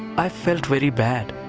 i felt really bad.